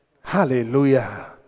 Hallelujah